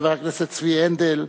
חבר הכנסת צבי הנדל,